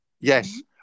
yes